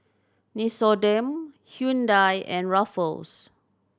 Nixoderm Hyundai and Ruffles